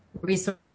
resource